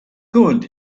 good